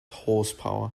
horsepower